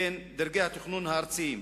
בין דרגי התכנון הארציים,